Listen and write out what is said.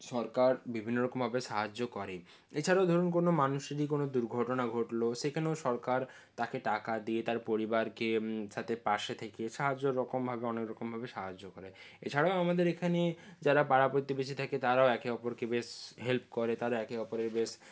সরকার বিভিন্ন রকমভাবে সাহায্য করেই এছাড়াও ধরুন কোনো মানুষ যদি কোনো দুর্ঘটনা ঘটল সেখানেও সরকার তাকে টাকা দিয়ে তার পরিবারকে সাথে পাশে থেকে সাহায্য রকমভাবে অনেকরকমভাবে সাহায্য করে এছাড়াও আমাদের এখানে যারা পাড়া প্রতিবেশী থাকে তারাও একে অপরকে বেশ হেল্প করে তারা একে অপরের বেশ